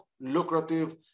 lucrative